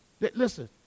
Listen